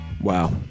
Wow